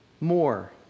more